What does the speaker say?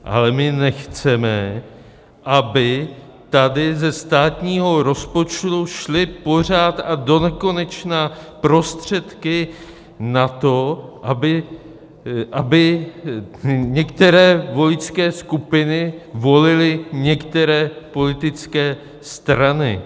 Ale my nechceme, aby tady ze státního rozpočtu šly pořád a donekonečna prostředky na to, aby některé voličské skupiny volily některé politické strany.